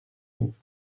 with